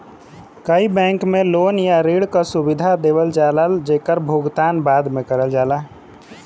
कई बैंक में लोन या ऋण क सुविधा देवल जाला जेकर भुगतान बाद में करल जाला